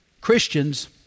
Christians